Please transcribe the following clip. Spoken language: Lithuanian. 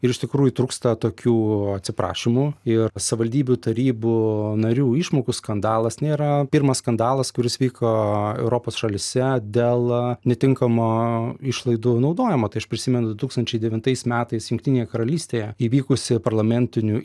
ir iš tikrųjų trūksta tokių atsiprašymų ir savivaldybių tarybų narių išmokų skandalas nėra pirmas skandalas kuris vyko europos šalyse dėl netinkamo išlaidų naudojimo tai aš prisimenu du tūkstančiai devintais metais jungtinėje karalystėje įvykusi parlamentinių